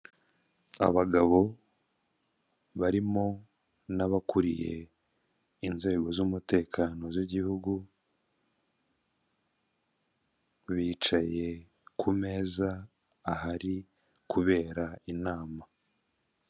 Abagabo barimo n'abakuriye inzego z'umutekano z'igihugu bicaye ku meza ahari kubera inama.